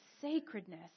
sacredness